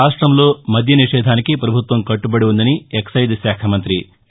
రాష్టంలో మద్య నిషేధానికి ప్రభుత్వం కట్టబది ఉందని ఎక్పైజ్ శాఖ మంత్రి కె